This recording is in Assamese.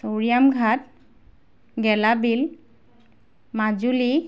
চৌৰিয়ামঘাট গেলাবিল মাজুলি